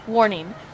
Warning